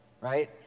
right